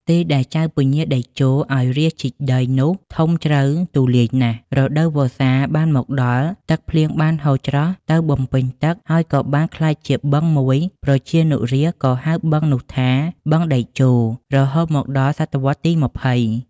ទីដែលចៅពញាតេជោ ឱ្យរាស្ត្រជីកដីនោះធំជ្រៅទូលាយណាស់ រដូវវស្សាបានមកដល់ទឹកភ្លៀងបានហូរច្រោះទៅបំពេញទឹក ហើយក៏បានក្លាយជាបឹងមួយ ប្រជានុរាស្ត្រ ក៌ហៅបឹងនោះថា "បឹងតេជោ" រហូតមកដល់ ស.វទី២០។